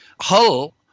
Hull